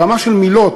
ברמה של מילים.